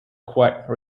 quite